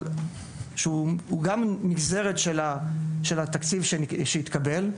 שהוא גם נגזרת של התקציב שהתקבל,